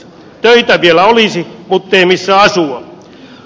töitä vielä olisi muttei missä asua